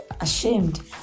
ashamed